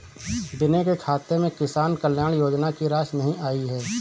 विनय के खाते में किसान कल्याण योजना की राशि नहीं आई है